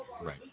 Right